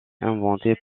inventée